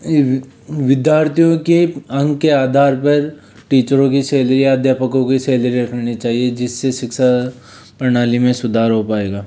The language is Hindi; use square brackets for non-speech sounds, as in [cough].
[unintelligible] विद्यार्थियों के अंक के आधार पर टीचरों की सैलरी अध्यापकों की सैलरी रखनी चाहिए जिससे शिक्षा प्रणाली सुधार हो पाएगा